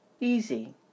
Easy